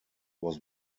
was